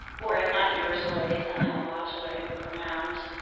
or if not universal, are they somehow modular and move around?